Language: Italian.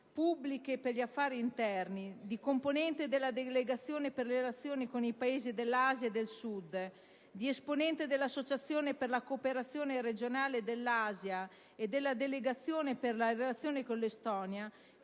pubbliche e per gli affari interni, di componente della delegazione per le relazioni con i Paesi dell'Asia e del Sud, di esponente dell'associazione per la cooperazione regionale con l'Asia e della delegazione per le relazioni con l'Estonia,